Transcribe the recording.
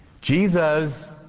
Jesus